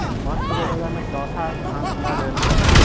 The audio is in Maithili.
मस्ट गो जगहमे चौथा स्थान हमरा लेल